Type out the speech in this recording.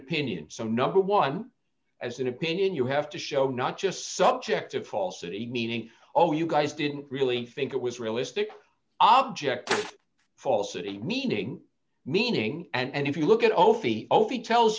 opinion so number one as an opinion you have to show not just subjective falsity meaning oh you guys didn't really think it was realistic object falsity meaning meaning and if you look at ofi tells